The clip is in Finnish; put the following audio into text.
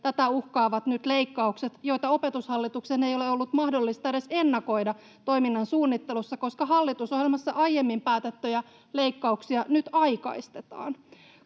Tätä uhkaavat nyt leikkaukset, joita Opetushallituksen ei ole ollut mahdollista edes ennakoida toiminnan suunnittelussa, koska hallitusohjelmassa aiemmin päätettyjä leikkauksia nyt aikaistetaan.